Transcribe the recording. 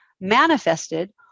manifested